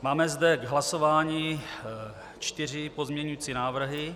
Máme zde k hlasování čtyři pozměňovací návrhy.